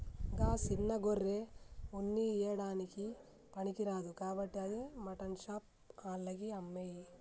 గా సిన్న గొర్రె ఉన్ని ఇయ్యడానికి పనికిరాదు కాబట్టి అది మాటన్ షాప్ ఆళ్లకి అమ్మేయి